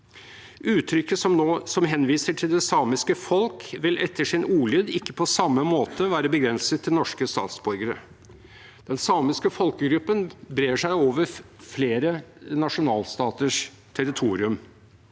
Uttrykket som henviser til «det samiske folk», vil etter sin ordlyd ikke på samme måte være begrenset til norske statsborgere. Den samiske fol kegruppen brer seg jo over flere nasjonalstaters territorier.